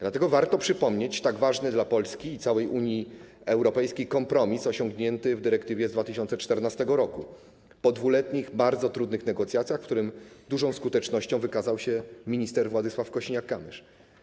Dlatego warto przypomnieć tak ważny dla Polski i całej Unii Europejskiej kompromis osiągnięty w dyrektywie z 2014 r., po 2-letnich, bardzo trudnych negocjacjach, w których dużą skutecznością wykazał się minister Władysław Kosiniak-Kamysz.